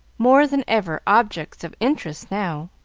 more than ever objects of interest now.